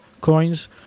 coins